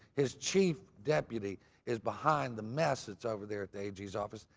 his chief deputy is behind the mess that's over there at the a g s office.